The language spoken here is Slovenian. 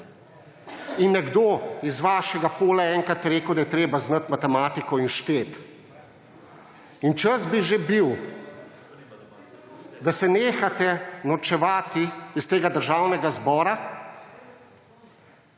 Nekdo iz vašega pola je enkrat rekel, da je treba znati matematiko in šteti. Čas bi že bil, da se nehate norčevati iz Državnega zbora